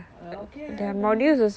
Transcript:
okay then